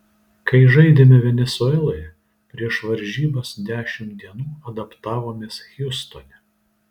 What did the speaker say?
kai žaidėme venesueloje prieš varžybas dešimt dienų adaptavomės hjustone